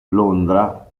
londra